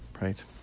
right